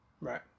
Right